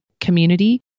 community